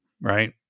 Right